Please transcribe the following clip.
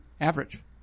average